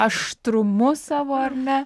aštrumu savo ar ne